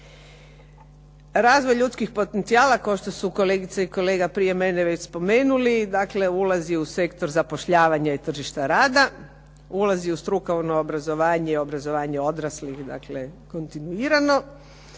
Razvoj ljudskih potencijala kao što su kolegica i kolega prije mene već spomenuli, dakle ulazi u sektor zapošljavanja i tržišta rada, ulazi u strukovno obrazovanje i u obrazovanja odraslih dakle kontinuirano